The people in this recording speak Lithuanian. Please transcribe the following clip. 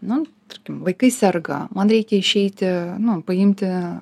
nu tarkim vaikai serga man reikia išeiti nu paimti